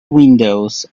windows